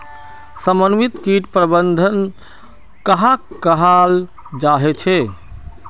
समन्वित किट प्रबंधन कहाक कहाल जाहा झे?